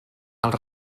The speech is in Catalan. els